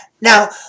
Now